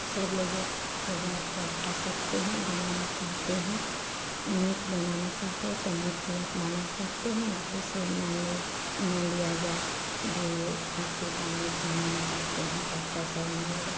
सब लोगों को बाँटकर खा सकते हैं बनाना चाहते हैं मीट बनाना चाहते हैं तो मीट भी आप बना सकते हैं जैसे मान लिज मान लिया जाए जो खस्सी का मीट बनाना चाहते हैं तो आप कैसे बनाइएगा